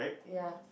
ya